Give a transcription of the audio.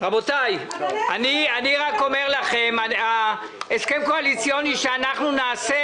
אני רק אומר לכם, ההסכם הקואליציוני שאנחנו נעשה